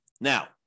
Now